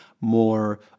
more